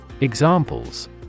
Examples